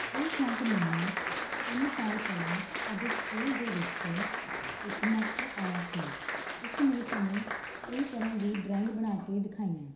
ਇਹ ਸ਼ੌਕ ਮੈਨੂੰ ਤਿੰਨ ਸਾਲ ਪਹਿਲਾਂ ਸਾਡੇ ਸਕੂਲ ਦੇ ਵਿੱਚ ਇੱਕ ਮਾਸਟਰ ਆਇਆ ਸੀ ਉਸਨੇ ਸਾਨੂੰ ਕਈ ਤਰ੍ਹਾਂ ਦੀ ਡਰਾਇੰਗ ਬਣਾ ਕੇ ਦਿਖਾਈਆਂ